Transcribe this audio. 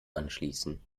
anschließen